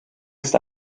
ist